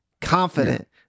confident